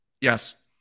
Yes